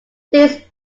these